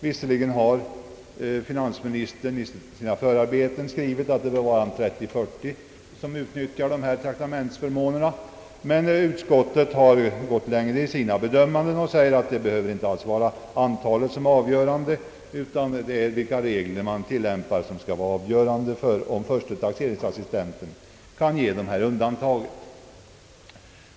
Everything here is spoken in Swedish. Visserligen har finansministern i sina förarbeten utgått ifrån att arbetsgivaren skall ha ett större antal anställda — 30 eller 40 anställda — som utnyttjar dessa traktamentsförmåner, men utskottet har sträckt sig litet längre och anfört att det inte alls behöver vara antalet anställda som är avgörande, utan det är den ersättningspolitik som tillämpas inom företaget som är avgörande för om förste taxeringsintendenten skall medge undantag.